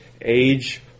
age